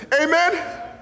Amen